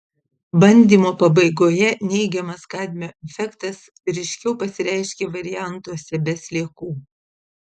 bandymo pabaigoje neigiamas kadmio efektas ryškiau pasireiškė variantuose be sliekų